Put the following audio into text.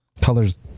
Colors